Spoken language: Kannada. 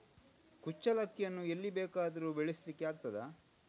ಕುಚ್ಚಲಕ್ಕಿಯನ್ನು ಎಲ್ಲಿ ಬೇಕಾದರೂ ಬೆಳೆಸ್ಲಿಕ್ಕೆ ಆಗ್ತದ?